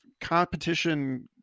competition